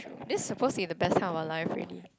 this suppose to be the best kind of life already